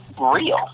real